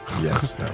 Yes